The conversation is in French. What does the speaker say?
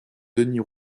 denys